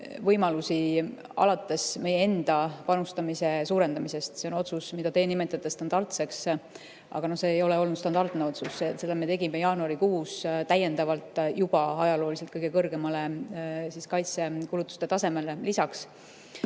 võimalusi alates meie enda panustamise suurendamisest. See on otsus, mida teie nimetate standardseks, aga see ei ole olnud standardne otsus, seda me tegime jaanuarikuus täiendavalt juba niigi ajalooliselt kõige kõrgemale kaitsekulutuste tasemele lisaks.